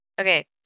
Okay